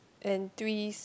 and three